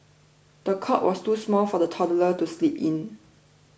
the cot was too small for the toddler to sleep in